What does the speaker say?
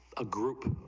ah group,